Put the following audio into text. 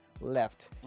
left